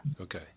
Okay